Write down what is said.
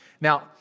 Now